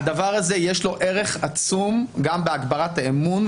לדבר הזה יש ערך עצום גם בהגברת האמון,